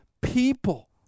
people